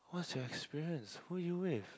what's your experience who you with